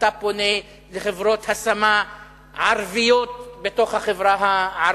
אתה פונה לחברות השמה ערביות בתוך החברה הערבית.